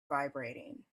vibrating